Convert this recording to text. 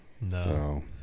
No